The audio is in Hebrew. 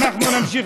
אנחנו נמשיך,